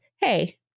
hey